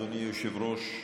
אדוני היושב-ראש,